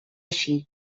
així